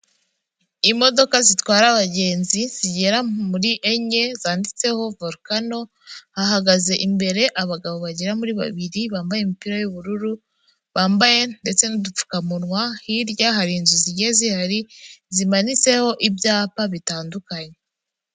Imodoka zitwara abagenzi zigera muri enye, zanditseho Volokano hahagaze imbere abagabo bagera muri babiri bambaye imipira y'ubururu bambaye, ndetse n'udupfukamunwa hirya hari inzu zigiye zihari zimanitseho ibyapa bitandukanye.